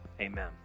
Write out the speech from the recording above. Amen